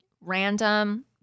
random